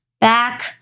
back